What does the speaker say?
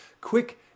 quick